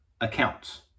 accounts